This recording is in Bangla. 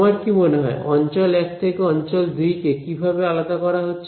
তোমার কি মনে হয় অঞ্চল 1 থেকে অঞ্চল 2 কে কিভাবে আলাদা করা হচ্ছে